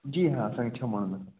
जी हा असांखे छह माण्हुनि लाइ खपे